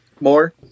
more